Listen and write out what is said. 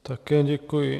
Také děkuji.